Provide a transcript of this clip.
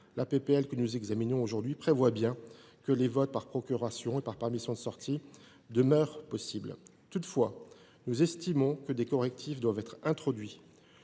de loi que nous examinons aujourd’hui prévoit bien que les votes par procuration ou grâce à une permission de sortir demeurent possibles. Toutefois, nous estimons que des correctifs doivent être introduits